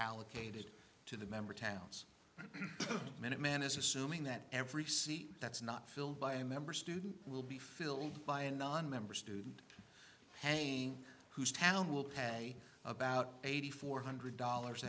allocated to the member towns minuteman is assuming that every seat that's not filled by a member student will be filled by a nonmember student hanging whose town will pay about eighty four hundred dollars